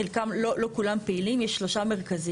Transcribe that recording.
חלקם, לא, לא כולם פעילים, יש 3 מרכזיים.